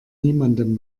niemandem